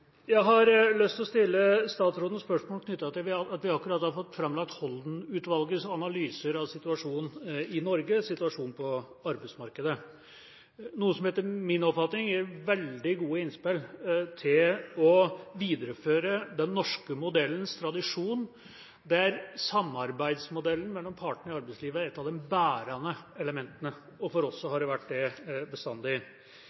Jeg har lyst til å stille statsråden spørsmål knyttet til at vi akkurat har fått framlagt Holden-utvalgets analyser av situasjonen på arbeidsmarkedet i Norge, noe som etter min oppfatning gir veldig gode innspill til å videreføre den norske modellens tradisjon der samarbeidsmodellen mellom partene i arbeidslivet er et av de bærende elementene – og for oss